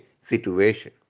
situation